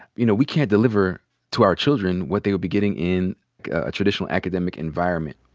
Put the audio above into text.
you know, we can't deliver to our children what they will be getting in a traditional academic environment.